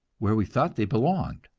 where we thought they belonged.